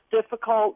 difficult